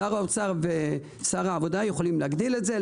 שר האוצר ושר העבודה יכולים להגדיל את זה,